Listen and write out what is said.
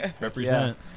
Represent